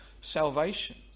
salvation